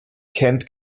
kennt